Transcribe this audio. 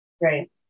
Right